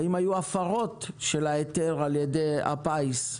האם היו הפרות של ההיתר על ידי הפיס,